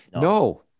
No